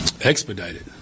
expedited